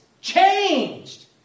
changed